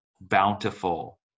bountiful